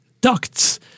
ducts